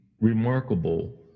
remarkable